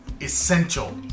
essential